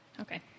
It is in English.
Okay